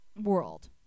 world